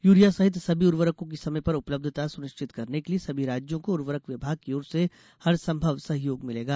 urea सहित सभी उर्वरकों की समय पर उपलब्धता सुनिश्चित करने के लिए सभी राज्यों को उर्वरक विभाग की ओर से हरसंभव सहयोग मिलेगा